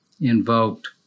invoked